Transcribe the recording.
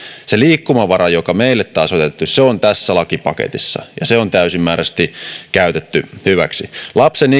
se liikkumavara joka meille taas on jätetty on tässä lakipaketissa ja se on täysimääräisesti käytetty hyväksi lapsen